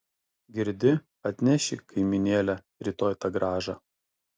girdi atneši kaimynėle rytoj tą grąžą